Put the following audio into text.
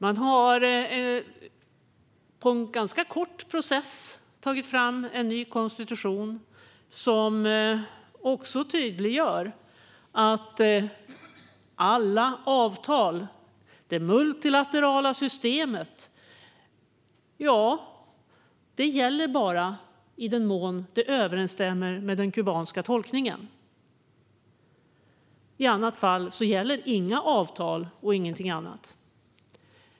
Man har genom en ganska kort process tagit fram en ny konstitution som också tydliggör att alla avtal i det multilaterala systemet bara gäller i den mån de överensstämmer med den kubanska tolkningen. I annat fall gäller inga avtal.